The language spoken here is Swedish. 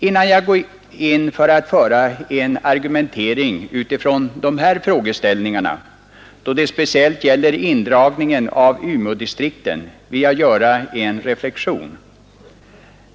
Innan jag för en argumentering utifrån dessa frågeställningar då det speciellt gäller indragningen av Umeådistrikten vill jag göra en reflexion.